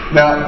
Now